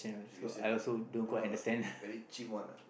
this question don't know ah very cheem [one] ah